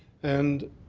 and